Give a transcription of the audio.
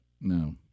No